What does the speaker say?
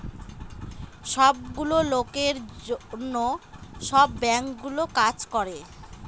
সব গুলো লোকের জন্য সব বাঙ্কগুলো কাজ করে